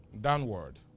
downward